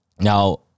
Now